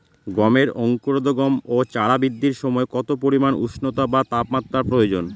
গমের অঙ্কুরোদগম ও চারা বৃদ্ধির সময় কত পরিমান উষ্ণতা বা তাপমাত্রা প্রয়োজন?